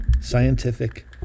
scientific